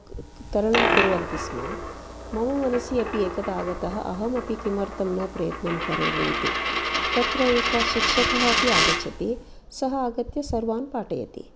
तरणं कुर्वन्ति स्म मम मनसी अपि एकदा आगतः अहमपि किमर्थं न प्रयत्नं करोमीति तत्र एक शिक्षकः अपि आगच्छति सः आगत्य सर्वान् पाठयति